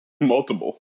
Multiple